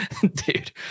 Dude